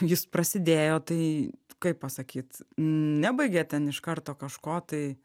jis prasidėjo tai kaip pasakyt nebaigėt ten iš karto kažko tai